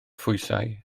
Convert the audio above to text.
phwysau